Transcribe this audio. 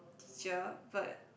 teacher but